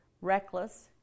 reckless